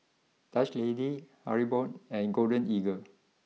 Dutch Lady Haribo and Golden Eagle